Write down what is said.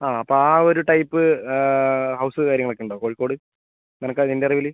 ആ അപ്പം ആ ഒരു ടൈപ്പ് ഹൗസ് കാര്യങ്ങളൊക്കെ ഉണ്ടോ കോഴിക്കോട് നിനക്ക് നിൻ്റെ അറിവിൽ